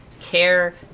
care